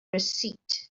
receipt